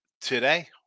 today